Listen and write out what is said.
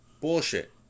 Bullshit